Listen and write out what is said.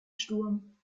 sturm